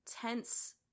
tense